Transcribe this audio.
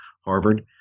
Harvard